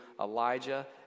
Elijah